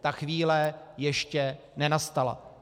Ta chvíle ještě nenastala.